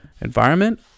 environment